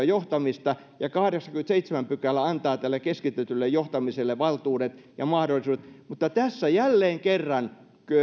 johtamista ja kahdeksaskymmenesseitsemäs pykälä antaa tälle keskitetylle johtamiselle valtuudet ja mahdollisuudet mutta tässä jälleen kerran